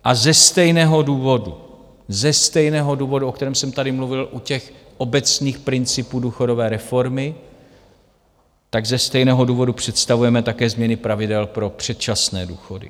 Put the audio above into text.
A ze stejného důvodu, o kterém jsem tady mluvil u těch obecných principů důchodové reformy, ze stejného důvodu představujeme také změny pravidel pro předčasné důchody.